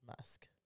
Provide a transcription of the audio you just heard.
Musk